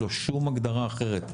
לא שום הגדרה אחרת,